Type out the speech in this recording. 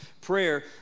prayer